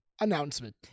announcement